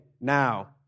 now